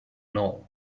know